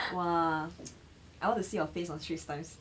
!wah! I want to see your face on straits times